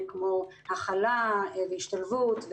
כמו הכלה והשתלבות.